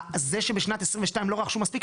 זה שבשנת 22 לא רכשו מספיק,